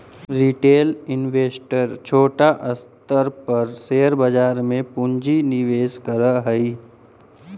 retail investor छोटा स्तर पर शेयर बाजार में पूंजी निवेश करऽ हई